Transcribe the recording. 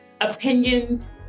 opinions